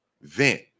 vent